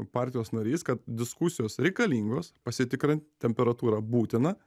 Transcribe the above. partijos narys kad diskusijos reikalingos pasitikrinti temperatūrą būtina